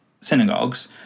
synagogues